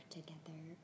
together